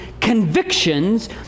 convictions